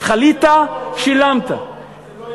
חלית, שילמת, לא יעבור.